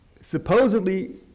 supposedly